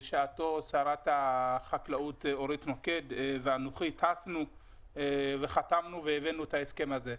בשעתו שרת החקלאות אורית נוקד ואנוכי טסנו וחתמנו והבאנו את ההסכם הזה.